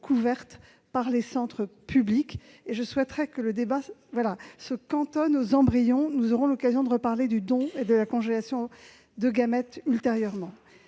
couvertes par les centres publics. À ce stade, je souhaiterais que le débat se cantonne aux embryons, puisque nous aurons l'occasion de reparler du don et de la congélation de gamètes.